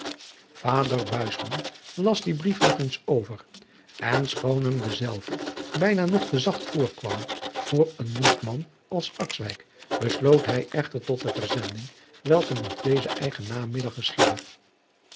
buisman las dien brief nog eens over en schoon hem dezelve bijna nog te zacht voorkwam voor een jonkman als akswijk besloot hij echter tot de verzending welke nog dezen eigen namiddag geschiedde